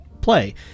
play